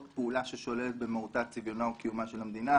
פעולה ששוללת במהותה את צביונה או קיומה של המדינה.